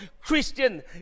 Christian